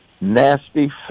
nasty